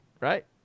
right